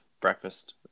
breakfast